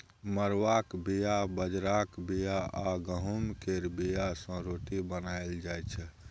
मरुआक बीया, बजराक बीया आ गहुँम केर बीया सँ रोटी बनाएल जाइ छै